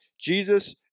Jesus